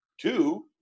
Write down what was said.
Two